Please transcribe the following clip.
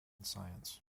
science